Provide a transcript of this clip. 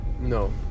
no